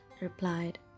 replied